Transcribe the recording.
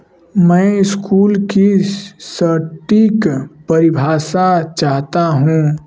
मैं स्कूल की सटीक परिभाषा चाहता हूँ